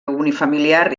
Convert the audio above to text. unifamiliar